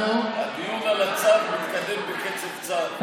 הדיון על הצו מתקדם בקצב צב.